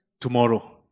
Tomorrow